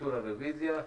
אישור הרוויזיה?